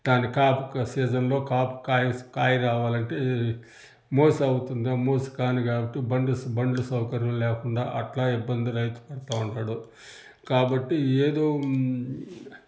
దానికి కాపు సీజన్లో కాపు కాయిస్ కాయి రావాలంటే మోసవుతుందా మోస్ కాదు కాబట్టి బండ్ స్ బండ్లు సౌకర్యం లేకుండా అట్లా ఇబ్బందులైతే పడతా ఉంటాడు కాబట్టి ఏదో